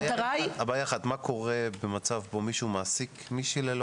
מה קורה במצב שבו מישהו מעסיק מישהי ללא